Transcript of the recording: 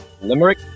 Limerick